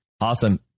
Awesome